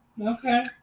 okay